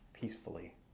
peacefully